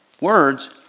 words